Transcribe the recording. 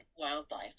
Wildlife